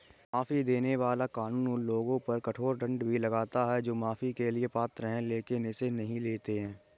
माफी देने वाला कानून उन लोगों पर कठोर दंड भी लगाता है जो माफी के लिए पात्र हैं लेकिन इसे नहीं लेते हैं